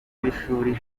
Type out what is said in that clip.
ishuri